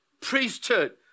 priesthood